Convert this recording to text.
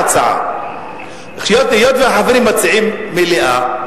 היות שהחברים מציעים מליאה,